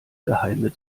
geheime